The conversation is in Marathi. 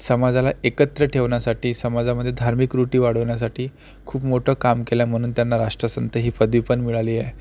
समाजाला एकत्र ठेवण्यासाठी समाजामध्ये धार्मिक वृत्ती वाढवण्यासाठी खूप मोठं काम केलं आहे म्हणून त्यांना राष्ट्रसंत ही पदवी पण मिळाली आहे